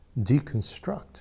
deconstruct